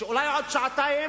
שאולי עוד שעתיים,